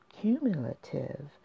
Cumulative